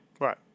Right